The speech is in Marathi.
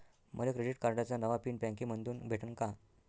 मले क्रेडिट कार्डाचा नवा पिन बँकेमंधून भेटन का?